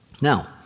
Now